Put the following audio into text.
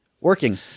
Working